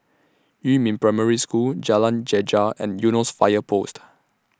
Yumin Primary School Jalan Greja and Eunos Fire Post